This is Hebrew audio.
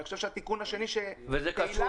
אני חושב שהתיקון השני --- וזה קשור